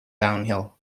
downhill